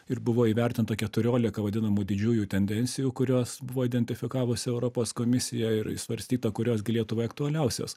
ir buvo įvertinta keturiolika vadinamų didžiųjų tendencijų kurios buvo identifikavusi europos komisija ir svarstyta kurios gi lietuvai aktualiausios